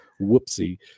whoopsie